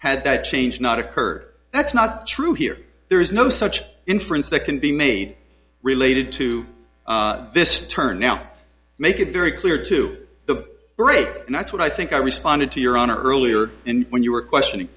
had that change not occurred that's not true here there is no such inference that can be made related to this turn now make it very clear to the break and that's what i think i responded to your on earlier and when you were questioning